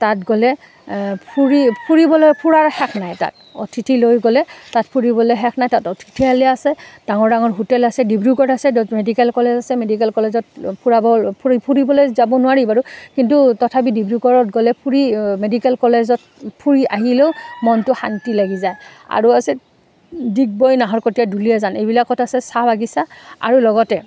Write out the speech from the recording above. তাত গ'লে ফুৰি ফুৰিবলৈ ফুুৰাৰ শেষ নাই তাত অতিথি লৈ গ'লে তাত ফুৰিবলৈ শেষ নাই তাত অতিথিশালী আছে ডাঙৰ ডাঙৰ হোটেল আছে ডিব্ৰুগড় আছে য'ত মেডিকেল কলেজ আছে মেডিকেল কলেজত ফুৰাব ফুৰি ফুৰিবলৈ যাব নোৱাৰি বাৰু কিন্তু তথাপি ডিব্ৰুগড়ত গ'লে ফুৰি মেডিকেল কলেজত ফুৰি আহিলেও মনটো শান্তি লাগি যায় আৰু আছে ডিগবয় নাহৰকটীয়া দুলিয়াজান এইবিলাকত আছে চাহ বাগিচা আৰু লগতে